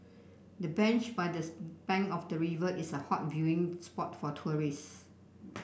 the bench by this bank of the river is a hot viewing spot for tourists